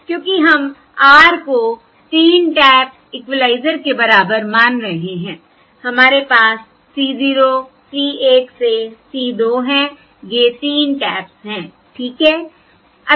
क्योंकि हम r को 3 टैप इक्विलाइजर के बराबर मान रहे हैं हमारे पास C 0 C 1 से C 2 हैं ये 3 टैप्स हैं ठीक है